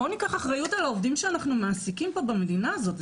בואו ניקח אחריות על העובדים שאנחנו מעסיקים במדינה הזאת.